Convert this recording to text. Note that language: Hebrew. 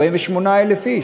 48,000 איש.